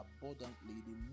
abundantly